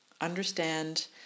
Understand